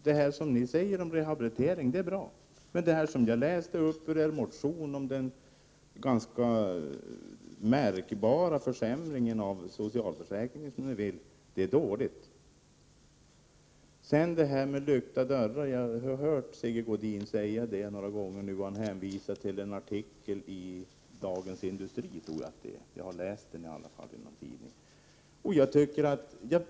Det som ni säger om rehabilitering är bra, men det jag läste upp ur er motion om den ganska märkbara försämring av socialförsäkringen som ni vill ha är dåligt. Det här om lyckta dörrar har jag hört Sigge Godin säga några gånger. Han hänvisar till en artikel i Dagens Industri, tror jag; jag har i alla fall läst den i någon tidning.